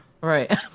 Right